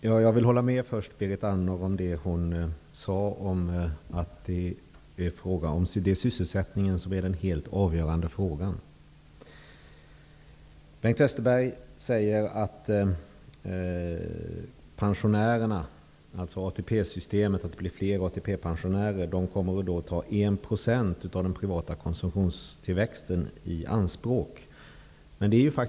Herr talman! Jag håller med Berit Andnor om att det är sysselsättningen som är den helt avgörande frågan. Bengt Westerberg säger att antalet ATP pensionärer blir allt fler. De kommer då att ta 1 % av den privata konsumtionstillväxten i anspråk.